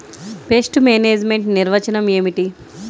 Pest management నిర్వచనం ఏమిటి?